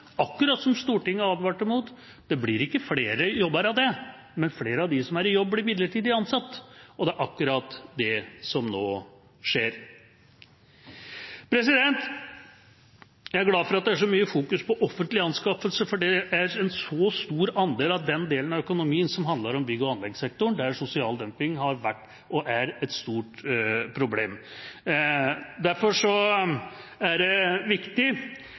akkurat som Stortinget advarte mot: Det blir ikke flere jobber av det, men flere av dem som er i jobb, blir midlertidig ansatt. Det er akkurat det som nå skjer. Jeg er glad for at det er så mye fokus på offentlige anskaffelser, for det er en så stor andel av den delen av økonomien som handler om bygg- og anleggssektoren, der sosial dumping har vært og er et stort problem. Derfor er det viktig